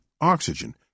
oxygen